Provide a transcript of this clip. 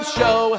show